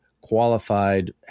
qualified